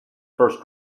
first